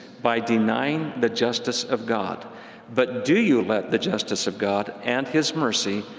by denying the justice of god but do you let the justice of god, and his mercy,